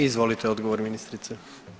Izvolite odgovor ministrice.